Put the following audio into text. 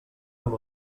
amb